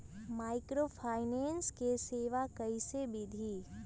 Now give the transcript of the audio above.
Microfinance के सेवा कइसे विधि?